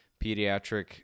pediatric